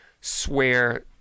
swear